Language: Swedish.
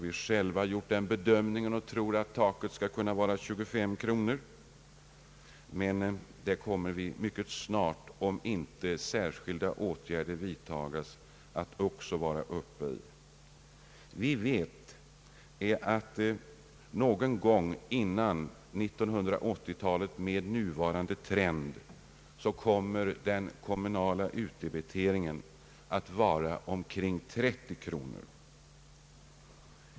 Vi tror nu att man måste gå upp till 25 kronor. Även detta nya tak kommer snart att överskridas, om inte särskilda åtgärder vidtas. Med nuvarande trend blir den genomsnittliga kommunala utdebiteringen omkring 30 kronor redan före år 1980.